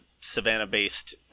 Savannah-based